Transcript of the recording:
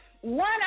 One